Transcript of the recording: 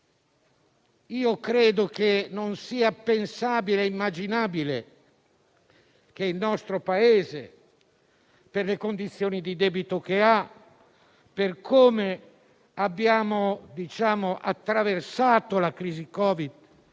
Non è infatti pensabile, né immaginabile che il nostro Paese, per le condizioni di debito e per come abbiamo attraversato la crisi Covid,